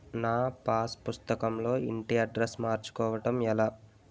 నా పాస్ పుస్తకం లో ఇంటి అడ్రెస్స్ మార్చుకోవటం ఎలా?